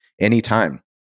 anytime